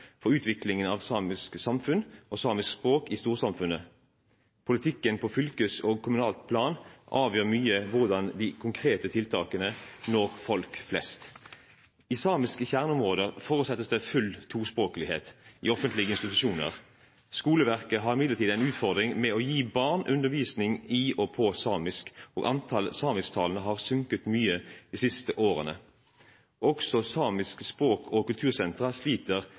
for utviklingen av samiske samfunn og samisk språk i storsamfunnet. Politikken på fylkesplan og kommunalt plan avgjør mye hvordan de konkrete tiltakene når folk flest. I samiske kjerneområder forutsettes det full tospråklighet i offentlige institusjoner. Skoleverket har imidlertid en utfordring med å gi barn undervisning i og på samisk, og antallet samisktalende har sunket mye de siste årene. Også samiske språk- og kultursentra sliter